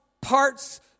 parts